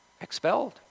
expelled